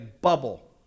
bubble